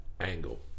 angle